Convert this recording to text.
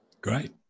Great